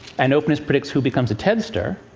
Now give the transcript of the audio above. and openness predicts who becomes a tedster,